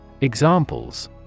Examples